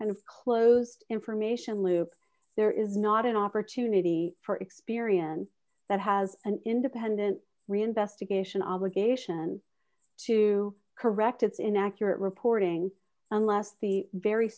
kind of closed information loop there is not an opportunity for experience that has an independent reinvestigation obligation to correct its inaccurate reporting unless the very